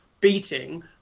beating